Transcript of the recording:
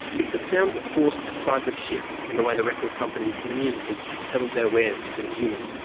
it's a sound that forced a seismic shift in the way the record companies and the music industry peddled their wares to consumers,